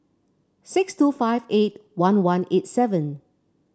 six two five eight one one eight seven